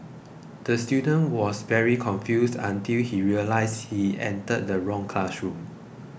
the student was very confused until he realised he entered the wrong classroom